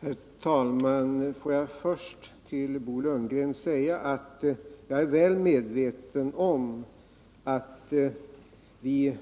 Herr talman! Får jag först till Bo Lundgren säga att jag är väl medveten om att vi